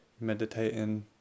meditating